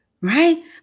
right